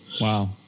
Wow